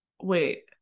wait